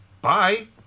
bye